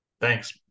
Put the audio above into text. Thanks